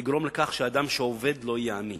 ולגרום לכך שאדם שעובד לא יהיה עני.